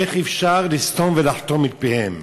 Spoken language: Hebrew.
איך אפשר לסתום ולחתום את פיהם?